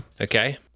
Okay